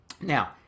Now